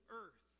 earth